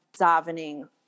davening